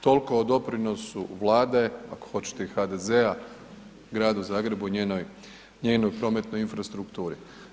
Toliko o doprinosu Vlade, ako hoćete i HDZ-a gradu Zagrebu i njenoj prometnoj infrastrukturi.